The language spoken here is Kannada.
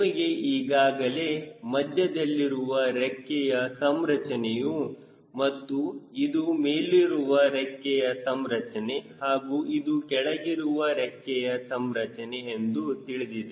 ನಿಮಗೆ ಈಗಾಗಲೇ ಮಧ್ಯದಲ್ಲಿರುವ ರೆಕ್ಕೆಯ ಸಂರಚನೆಯು ಮತ್ತು ಇದು ಮೇಲಿರುವ ರೆಕ್ಕೆಯ ಸಂರಚನೆ ಹಾಗೂ ಇದು ಕೆಳಗಿರುವ ರೆಕ್ಕೆಯ ಸಂರಚನೆ ಎಂದು ತಿಳಿದಿದೆ